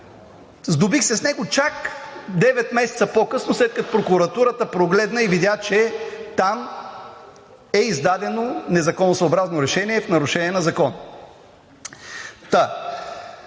Сдобих се с него чак девет месеца по-късно, след като прокуратурата погледна и видя, че там е издадено незаконосъобразно решение в нарушение на закона.